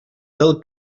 del